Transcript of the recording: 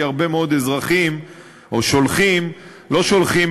כי הרבה מאוד אזרחים או שולחים לא שולחים